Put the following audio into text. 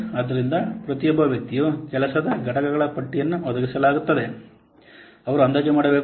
ಆದ್ದರಿಂದ ಪ್ರತಿಯೊಬ್ಬ ವ್ಯಕ್ತಿಯು ಕೆಲಸದ ಘಟಕಗಳ ಪಟ್ಟಿಯನ್ನು ಒದಗಿಸಲಾಗಿತ್ತದೆ ಅವರು ಅಂದಾಜು ಮಾಡಬೇಕು